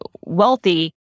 wealthy